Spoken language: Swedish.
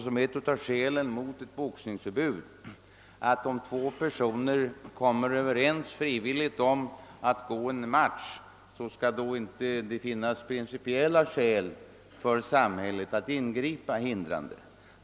Som ett av skälen mot boxningsförbud har också åberopats, att när två personer frivilligt kommer överens om att gå en match, skall det inte finnas principiella skäl för samhället att ingripa hindrande.